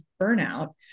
burnout